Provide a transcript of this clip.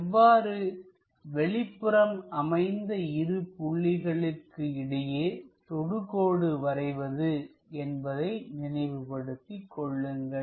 எவ்வாறு வெளிப்புறம் அமைந்த இரு புள்ளிகளுக்கு இடையே தொடுகோடு வரைவது என்பதை நினைவுபடுத்திக் கொள்ளுங்கள்